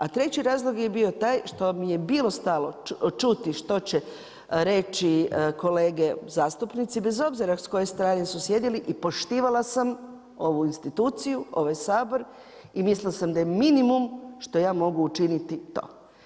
A treći razlog je bio taj, što vam je bilo stalo čuti što će reći kolege zastupnici, bez obzira s koje strane su sjedili i poštivala sam ovu instituciju, ovaj Sabor i mislila sam da je minimum što ja mogu učiniti to.